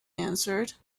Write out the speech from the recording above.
answered